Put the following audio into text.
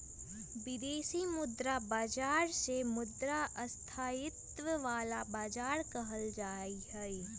विदेशी मुद्रा बाजार के मुद्रा स्थायित्व वाला बाजार कहल जाहई